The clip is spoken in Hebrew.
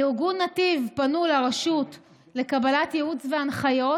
ארגון נתיב פנה לרשות לקבלת ייעוץ והנחיות,